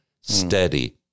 Steady